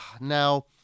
Now